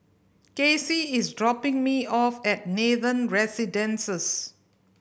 Kacie is dropping me off at Nathan Residences